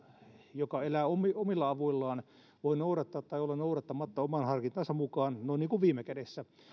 joka elää omilla avuillaan voi noudattaa tai olla noudattamatta oman harkintansa mukaan noin niin kuin viime kädessä